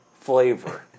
flavor